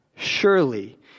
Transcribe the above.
Surely